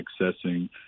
accessing